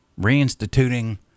reinstituting